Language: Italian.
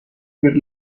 per